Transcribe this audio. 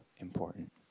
important